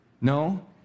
No